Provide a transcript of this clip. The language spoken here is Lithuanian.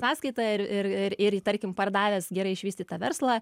sąskaitą ir ir ir ir tarkim pardavęs gerai išvystytą verslą